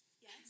Yes